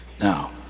Now